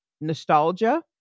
nostalgia